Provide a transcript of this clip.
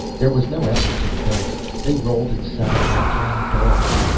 there was no effort to the dice, they rolled and sat up like trained dogs.